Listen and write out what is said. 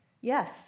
Yes